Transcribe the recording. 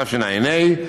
תשע"ה,